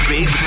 Big